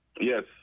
Yes